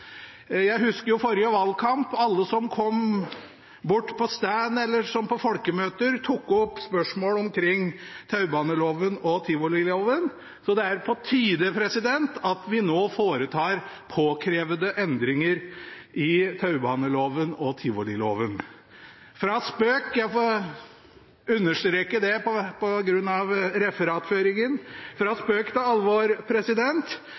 Jeg husker jo fra forrige valgkamp alle som kom bort på stand, eller som på folkemøter tok opp spørsmål omkring taubaneloven og tivoliloven. Så det er på tide at vi nå foretar påkrevde endringer i taubaneloven og tivoliloven. Fra spøk – jeg får understreke det, på grunn av referatføringen